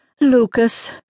Lucas